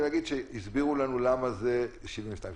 כל מה שרציתי להגיד, שהסבירו לנו למה זה 72 שעות.